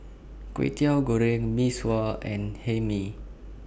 Kwetiau Goreng Mee Sua and Hae Mee